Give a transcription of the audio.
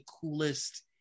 coolest